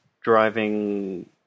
driving